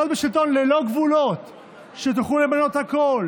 וזה ימשיך להיות בעוכריכם.